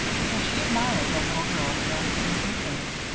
because she admired the little girl's very pleasing face,